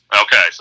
Okay